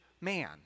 man